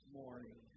morning